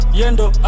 yendo